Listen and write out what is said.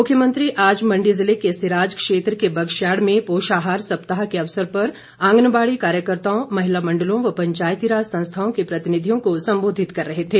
मुख्यमंत्री आज मंडी ज़िले के सिराज क्षेत्र के बगश्याड़ में पोषाहार सप्ताह के अवसर पर आंगनबाड़ी कार्यकर्ताओं महिला मंडलों व पंचायतीराज संस्थाओं के प्रतिनिधियों को संबोधित कर रहे थे